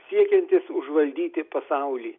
siekiantis užvaldyti pasaulį